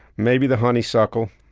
maybe the honeysuckle,